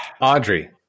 Audrey